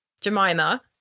Jemima